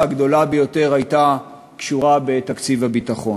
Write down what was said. הגדולה ביותר הייתה קשורה בתקציב הביטחון,